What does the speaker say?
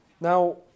Now